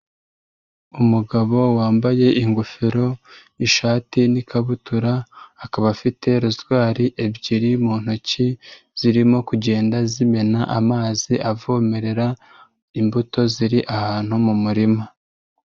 Umugabo wambaye ingofero, ishati n'ikabutura, akaba afite rozwari ebyiri mu ntoki zirimo kugenda zimena amazi avomerera imbuto ziri ahantu mu murima.